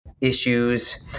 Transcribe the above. issues